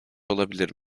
olabilir